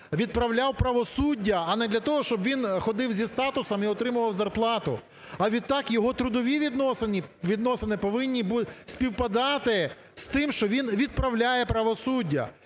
відправляв правосуддя, а не для того, щоб він ходив зі статусом і отримував зарплату. А відтак, його трудові відносини повинні співпадати з тим, що він відправляє правосуддя.